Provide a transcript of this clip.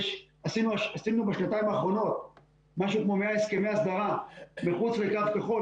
עשינו בשנתיים האחרונות משהו כמו 100 הסכמי הסדרה מחוץ לקו הכחול,